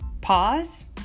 pause